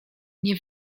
nie